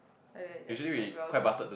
like that just like welcome